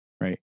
right